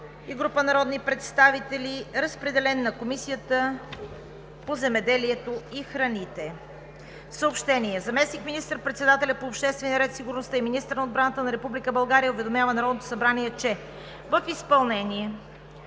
и група народни представители. Разпределен е на Комисията по земеделието и храните. Съобщения: 1. Заместник министър-председателят по обществения ред и сигурността и министър на отбраната на Република България уведомява Народното събрание, че в изпълнение